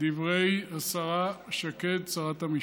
דברי השרה שקד, שרת המשפטים.